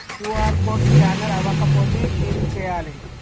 QR code scanner అవ్వకపోతే ఏం చేయాలి?